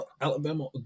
Alabama